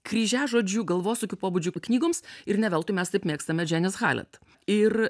kryžiažodžių galvosūkių pobūdžio knygoms ir ne veltui mes taip mėgstame dženis halet ir